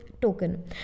token